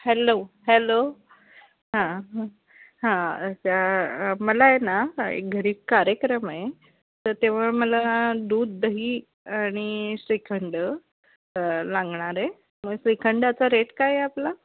hello hello हां हां मला आहे ना एक घरी कार्यक्रम आहे तर तेव्हा मला दूध दही आणि श्रीखंड लागणार आहे मग श्रीखंडाचा रेट काय आहे आपला